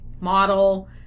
model